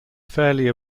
fairly